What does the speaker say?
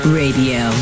radio